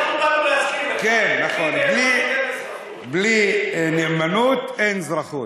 אנחנו באנו להזכיר לך: בלי נאמנות אין אזרחות.